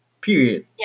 period